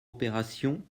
opération